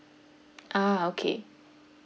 ah okay